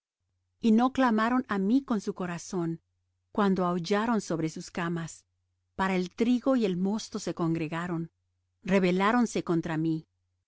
y no clamaron a mí con su corazón cuando aullaron sobre sus camas para el trigo y el mosto se congregaron rebeláronse contra mí